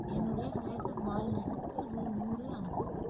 என்னுடைய பேஸாப் வால்னெட்டுக்கு ரூ நூறு அனுப்பவும்